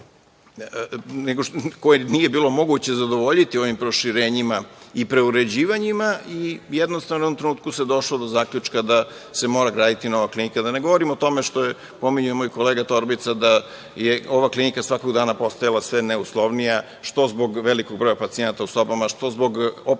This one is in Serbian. koje nije bilo moguće zadovoljiti ovim proširenjima i preuređivanjima i jednostavno u jednom trenutku se došlo do zaključka da se mora graditi nova klinika, da ne govorim o tome što je pominjao moj kolega Torbica, da je ova klinika svakog dana postojala sve neuslovnija, što zbog velikog broja pacijenata u sobama, što zbog operacionih